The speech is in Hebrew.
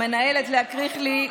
למנהלת לאה קריכלי,